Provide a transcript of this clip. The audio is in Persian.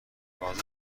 تازه